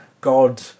god